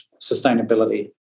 sustainability